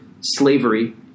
slavery –